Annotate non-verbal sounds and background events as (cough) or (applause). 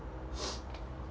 (noise)